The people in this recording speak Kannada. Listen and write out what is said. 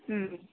ಹ್ಞೂ